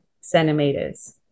centimeters